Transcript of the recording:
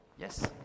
Yes